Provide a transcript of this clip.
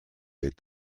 est